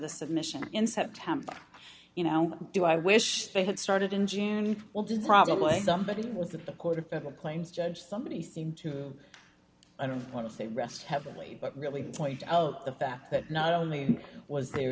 the submission in september you know do i wish they had started in june well did probably somebody with a quarter of a plane's judge somebody seemed to i don't want to say rest heavily but really point out the fact that not only was there